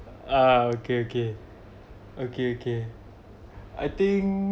ah okay okay okay okay I think